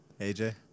AJ